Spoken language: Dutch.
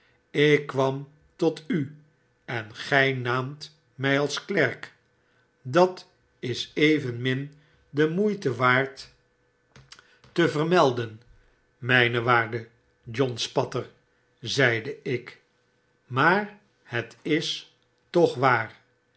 ik kwam tot u en gy naamt my als klerk n a dat is evenmin de moeite waard te vermelden m waarde john spatter zeideik maar het is toch waar